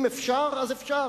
אם אפשר, אז אפשר.